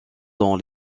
dans